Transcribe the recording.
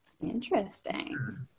Interesting